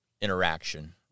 interaction